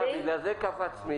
בגלל זה קפצת.